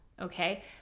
Okay